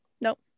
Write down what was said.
Nope